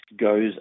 goes